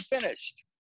finished